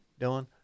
Dylan